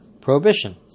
prohibition